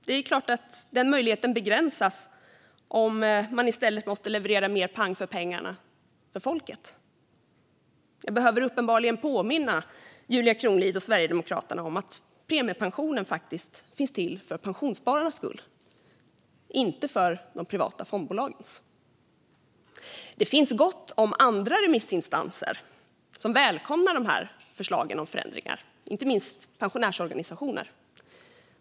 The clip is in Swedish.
Det är klart att den möjligheten begränsas om man i stället måste leverera mer pang för pengarna för folket. Jag behöver uppenbarligen påminna Julia Kronlid och Sverigedemokraterna om att premiepensionen faktiskt finns till för pensionsspararnas skull och inte för de privata fondbolagens skull. Det finns gott om andra remissinstanser som välkomnar förslagen om förändringar och inte minst pensionärsorganisationer.